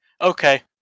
okay